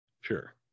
Sure